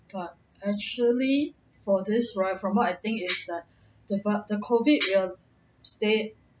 but actually for this right from what I think is that the vi~ the COVID will stay